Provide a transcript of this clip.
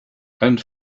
and